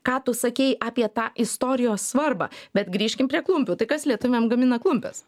ką tu sakei apie tą istorijos svarbą bet grįžkim prie klumpių tai kas lietuviams gamina klumpes